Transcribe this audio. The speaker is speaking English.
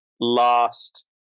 last